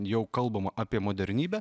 jau kalbama apie modernybę